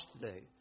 today